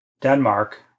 Denmark